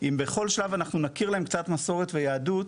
אם בכל שלב אנחנו נכיר להם קצת מסורת ויהדות,